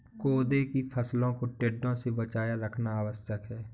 कोदो की फसलों को टिड्डों से बचाए रखना आवश्यक है